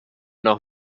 noch